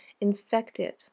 infected